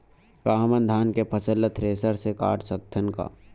का हमन धान के फसल ला थ्रेसर से काट सकथन का?